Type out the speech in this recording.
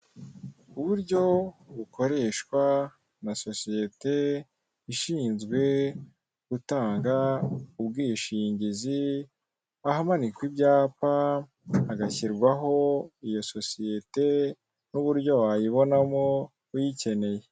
Uburyo bukoreshwa na sosiyete ishinzwe gutanga ubwishingizi ahamanikwa ibyapa hagashyirwaho iyo sosiyete, n'uburyo wayibonamo uyikeneye.